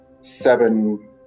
seven